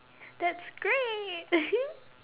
that's great